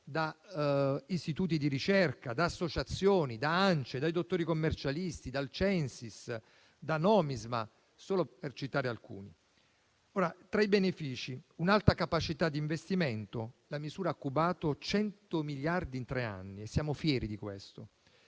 da istituti di ricerca, da associazioni, da ANCE, dai dottori commercialisti, dal Censis, da Nomisma, solo per citarne alcuni. Tra i benefici, troviamo un'alta capacità di investimento (la misura ha cubato 100 miliardi in tre anni; siamo fieri di questo);